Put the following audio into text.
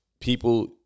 people